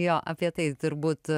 jo apie tai turbūt